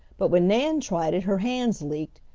but when nan tried it her hands leaked,